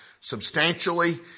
substantially